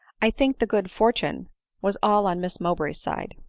i think the good fortune was all on miss mowbray's side.